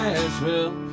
Nashville